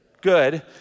Good